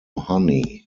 honey